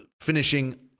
finishing